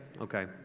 Okay